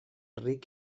ric